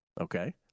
Okay